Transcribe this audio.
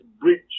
bridge